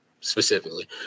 specifically